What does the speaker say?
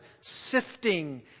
sifting